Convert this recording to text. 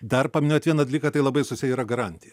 dar paminėjot vieną dalyką tai labai susiję yra garantija